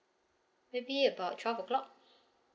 maybe about twelve o'clock